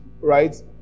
right